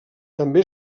també